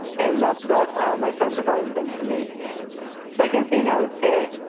and that's what my friends have always been to me the second thing i would say,